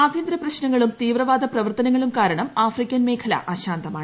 ആഭ്യന്തര പ്രശ്നങ്ങളും തീവ്രവാദ പ്രവർത്തനങ്ങളും കാരണം ആഫ്രിക്കൻമേഖല അശാന്തമാണ്